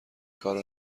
کارو